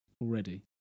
already